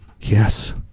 yes